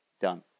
done